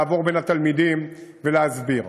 לעבור בין התלמידים ולהסביר.